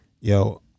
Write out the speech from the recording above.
Yo